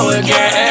again